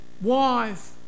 wife